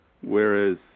Whereas